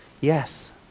yes